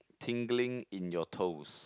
tingling in your toes